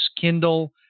Kindle